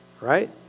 Right